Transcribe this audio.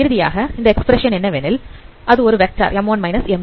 இறுதியாக இந்த எக்ஸ்பிரஷன் என்னவெனில் அது ஒரு வெக்டார் m1 m2